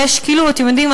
אתם יודעים,